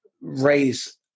raise